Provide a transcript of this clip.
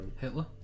Hitler